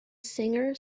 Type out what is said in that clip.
singer